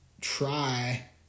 try